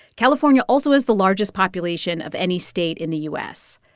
california also has the largest population of any state in the u s.